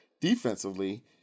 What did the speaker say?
defensively